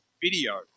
video